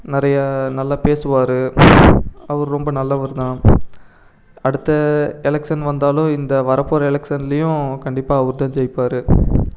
நிறைய நல்ல பேசுவார் அவர் ரொம்ப நல்லவர் தான் அடுத்த எலெக்ஷன் வந்தாலும் இந்த வரப்போகற எலெக்ஷன்லியும் கண்டிப்பாக அவர் தான் ஜெயிப்பார்